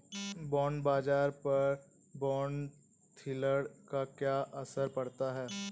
Bond बाजार पर bond yield का क्या असर पड़ता है?